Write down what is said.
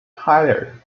higher